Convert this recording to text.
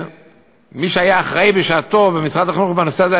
ומי שהיה אחראי בשעתו במשרד החינוך לנושא הזה,